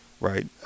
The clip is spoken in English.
right